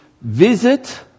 visit